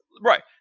Right